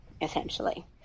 essentially